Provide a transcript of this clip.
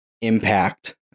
impact